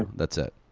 that's it.